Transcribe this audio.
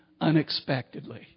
unexpectedly